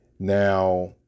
Now